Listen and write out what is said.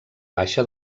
baixa